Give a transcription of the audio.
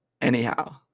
Anyhow